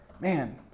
Man